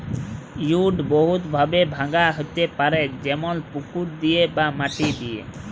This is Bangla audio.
উইড বহুত ভাবে ভাঙা হ্যতে পারে যেমল পুকুর দিয়ে বা মাটি দিয়ে